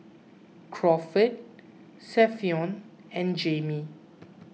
Crawford Savion and Jamie